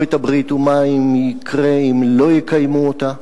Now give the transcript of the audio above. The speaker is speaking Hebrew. את הברית ומה יקרה אם לא יקיימו אותה.